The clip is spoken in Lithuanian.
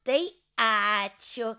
tai ačiū